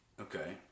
Okay